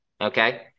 Okay